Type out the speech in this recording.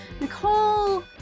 Nicole